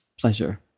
pleasure